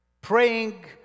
Praying